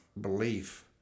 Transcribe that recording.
belief